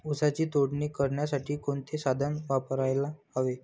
ऊसाची तोडणी करण्यासाठी कोणते साधन वापरायला हवे?